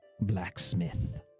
blacksmith